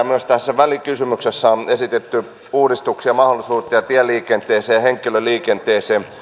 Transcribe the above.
myös tässä välikysymyksessä on esitetty uudistuksia ja mahdollisuuksia tieliikenteeseen ja henkilöliikenteeseen